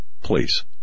please